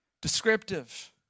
descriptive